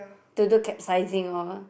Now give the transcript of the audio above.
to do capsizing all